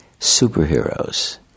superheroes